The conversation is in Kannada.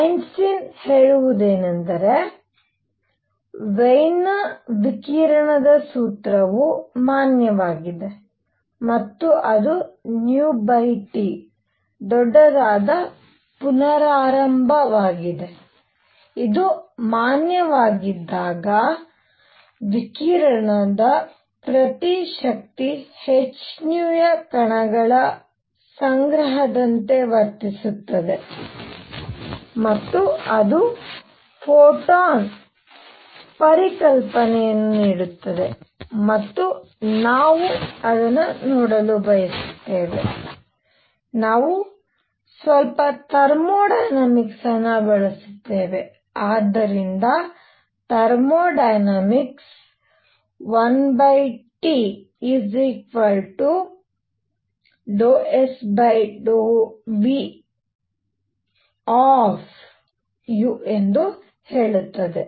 ಐನ್ಸ್ಟೈನ್ ಹೇಳುವುದೇನೆಂದರೆ ವಿಯೆನ್ನ ವಿಕಿರಣದ ಸೂತ್ರವು ಮಾನ್ಯವಾಗಿದೆ ಮತ್ತು ಅದು T ದೊಡ್ಡದಾದ ಪುನರಾರಂಭವಾಗಿದೆ ಇದು ಮಾನ್ಯವಾಗಿದ್ದಾಗ ವಿಕಿರಣವು ಪ್ರತಿ ಶಕ್ತಿ h ಯ ಕಣಗಳ ಸಂಗ್ರಹದಂತೆ ವರ್ತಿಸುತ್ತದೆ ಮತ್ತು ಅದು ಫೋಟಾನ್ ಪರಿಕಲ್ಪನೆಯನ್ನು ನೀಡುತ್ತದೆ ಮತ್ತು ನಾವು ನೋಡಲು ಬಯಸುತ್ತೇವೆ ನಾವು ಸ್ವಲ್ಪ ಥರ್ಮೋಡೈನಾಮಿಕ್ಸ್ ಅನ್ನು ಬಳಸುತ್ತೇವೆ ಆದ್ದರಿಂದ ಥರ್ಮೋಡೈನಾಮಿಕ್ಸ್ 1T∂S∂UV ಎಂದು ಹೇಳುತ್ತದೆ